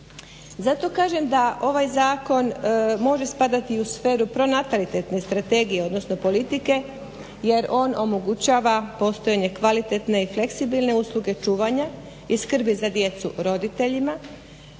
Zato kažem da ovaj zakon može spadati u sferu pronatalitetne strategije odnosno politike jer on omogućava postojanje kvalitetne i fleksibilne usluge čuvanja i skrbi za djecu roditeljima